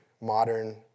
modern